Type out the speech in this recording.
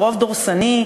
ורוב דורסני,